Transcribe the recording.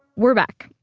we're back.